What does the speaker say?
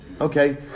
Okay